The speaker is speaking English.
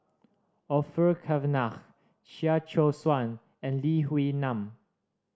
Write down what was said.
Orfeur Cavenagh Chia Choo Suan and Lee Wee Nam